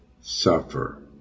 suffer